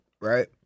right